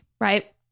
Right